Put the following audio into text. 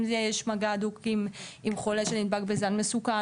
אם יש מגע הדוק עם חולה שנדבק בזן מסוכן,